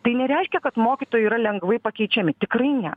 tai nereiškia kad mokytojai yra lengvai pakeičiami tikrai ne